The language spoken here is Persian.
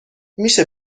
میشه